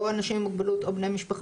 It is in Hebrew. או אנשים עם מוגבלות או בני משפחה